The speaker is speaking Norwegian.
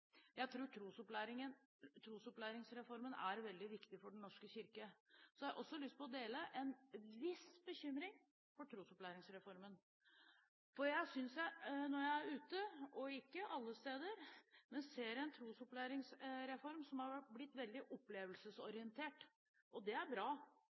Jeg tror trosopplæringsreformen er veldig viktig for Den norske kirke. Så har jeg lyst til å dele en viss bekymring for trosopplæringsreformen. Når jeg er ute – dog ikke alle steder – ser jeg en trosopplæringsreform som har blitt veldig opplevelsesorientert. Det er bra